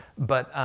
but